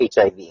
HIV